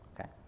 Okay